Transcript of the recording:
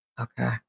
Okay